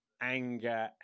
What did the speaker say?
anger